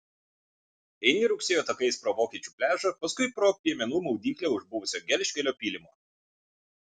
eini rugsėjo takais pro vokiečių pliažą paskui pro piemenų maudyklę už buvusio gelžkelio pylimo